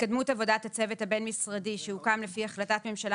התקדמות עבודת הצוות הבין-משרדי שהוקם לפי החלטת ממשלה